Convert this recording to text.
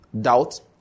doubt